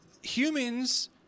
Humans